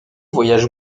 voyage